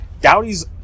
Dowdy's